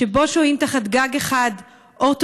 שבו שוהים תחת גג אחד אורתודוקסים,